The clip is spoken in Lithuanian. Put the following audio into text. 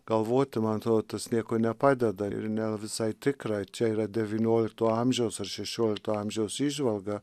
galvoti man atrodo tas nieko nepadeda ir ne visai tikra čia yra devyniolikto amžiaus ar šešiolikto amžiaus įžvalga